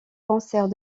concerts